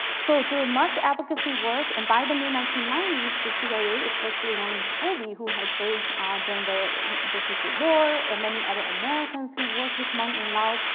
so through much advocacy work, and by the mid nineteen ninety s, the cia, especially william colby, who had served ah during the the secret war, and many other americans who worked with hmong in laos,